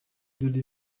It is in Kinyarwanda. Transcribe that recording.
dore